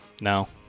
No